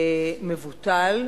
מבוטל,